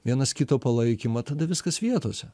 vienas kito palaikymą tada viskas vietose